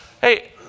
Hey